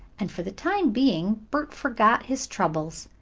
and for the time being bert forgot his troubles.